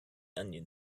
onion